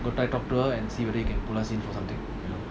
go talk to her and see if you can pull us in for something you know